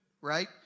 right